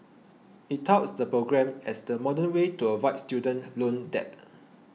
it touts the program as the modern way to avoid student loan debt